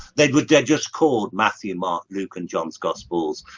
they were dead just called matthew mark luke and john scott's balls